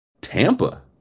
Tampa